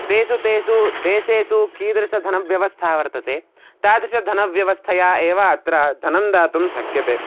तेषु तेषु देशेषु कीदृशधनव्यवस्था वर्तते तादृशधनव्यवस्थया एव अत्र धनं दातुं शक्यते